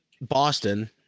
Boston